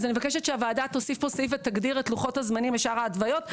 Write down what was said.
אני מבקשת שהוועדה תוסיף פה סעיף ותגדיר את לוחות הזמנים לשאר ההתוויות.